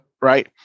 Right